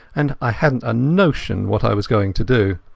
and i hadnat a notion what i was going to do.